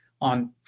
on